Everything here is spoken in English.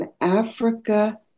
Africa